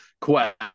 quest